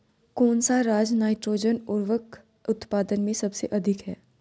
कौन सा राज नाइट्रोजन उर्वरक उत्पादन में सबसे अधिक है?